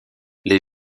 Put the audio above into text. les